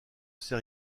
sait